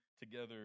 Together